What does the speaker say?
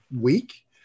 week